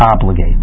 obligate